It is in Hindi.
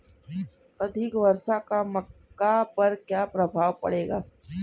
अधिक वर्षा का मक्का पर क्या प्रभाव पड़ेगा?